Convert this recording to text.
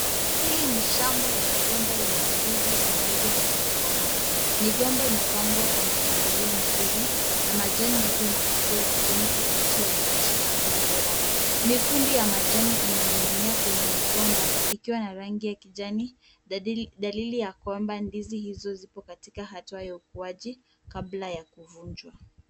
Hili ni shamba ya migomba yenye ndizi ambazo hazijakoma. Migomba imepangwa kwa mipangilio mizuri na majani yake makubwa ya kijani kibichi yanaonyesha afya bora. Mikundi ya majani inaning'inia kwenye migomba ikiwa na rangi ya kijani dalili ya kwamba ndizi hizo zipo katika hali ya ukuaji kabla ya kuvunjwa.